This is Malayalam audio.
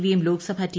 വിയും ലോക്സഭ ടി